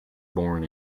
born